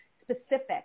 specific